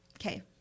okay